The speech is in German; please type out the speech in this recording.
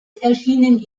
erscheinen